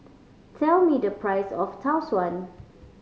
tell me the price of Tau Suan